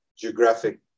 geographic